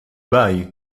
buy